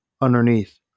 underneath